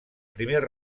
primer